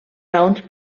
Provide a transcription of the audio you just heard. raons